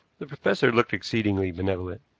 the professor looked exceedingly benevolent,